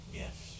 yes